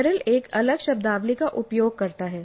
Merrill एक अलग शब्दावली का उपयोग करता है